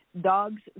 dogs